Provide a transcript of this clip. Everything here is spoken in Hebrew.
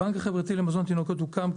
הבנק החברתי לתינוקות הוקם,